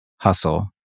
hustle